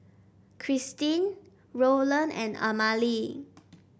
Kristyn Rolland and Amalie